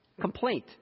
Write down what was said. Complaint